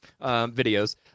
videos